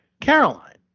Caroline